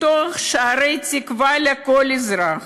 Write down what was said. לפתוח שערי תקווה לכל אזרח,